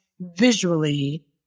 visually